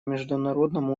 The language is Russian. международном